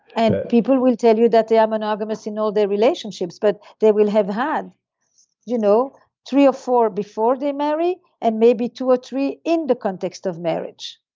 and people will tell you that they are monogamous in all their relationships but they will have had you know three or four before they married and maybe two or three in the context of marriage.